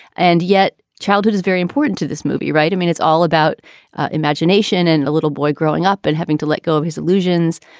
and yet childhood is very important to this movie, right? i mean, it's all about imagination and a little boy growing up and having to let go of his illusions.